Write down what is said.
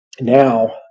now